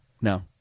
no